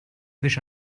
wish